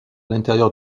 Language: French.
l’intérieur